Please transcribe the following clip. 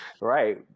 Right